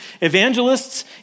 Evangelists